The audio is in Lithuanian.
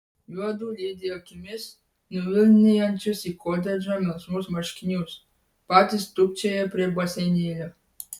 juodu lydi akimis nuvilnijančius į kotedžą melsvus marškinius patys tūpčioja prie baseinėlio